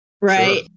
right